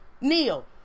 Neil